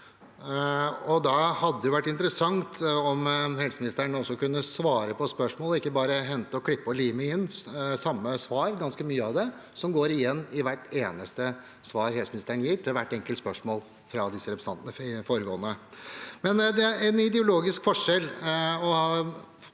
Det hadde vært interessant om helseministeren kunne svare på spørsmålet og ikke bare hente, klippe og lime inn det samme svaret, ganske mye av det, som går igjen i hvert eneste svar helseministeren gir, til hvert enkelt spørsmål fra de foregående representantene. Det er en ideologisk forskjell